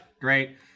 great